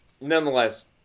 nonetheless